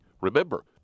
Remember